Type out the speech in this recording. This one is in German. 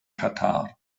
katar